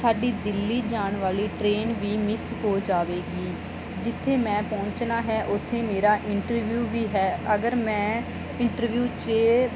ਸਾਡੀ ਦਿੱਲੀ ਜਾਣ ਵਾਲੀ ਟ੍ਰੇਨ ਵੀ ਮਿਸ ਹੋ ਜਾਵੇਗੀ ਜਿੱਥੇ ਮੈਂ ਪਹੁੰਚਣਾ ਹੈ ਉੱਥੇ ਮੇਰਾ ਇੰਟਰਵਿਊ ਵੀ ਹੈ ਅਗਰ ਮੈਂ ਇੰਟਰਵਿਊ 'ਚ